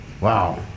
wow